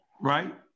right